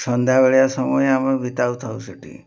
ସନ୍ଧ୍ୟାବେଳ ସମୟ ଆମେ ବିତାଉଥାଉ ସେଠି